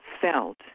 felt